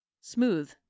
Smooth